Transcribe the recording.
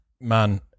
Man